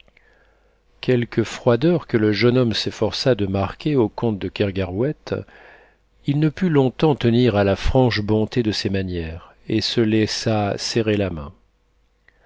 quelque froideur que le jeune homme s'efforçât de marquer au comte de kergarouët il ne put longtemps tenir à la franche bonté de ses manières et se laissa serrer la main